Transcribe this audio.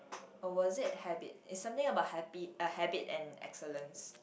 was it a habit is something about happy a habit and excellence